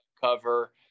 cover